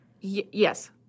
yes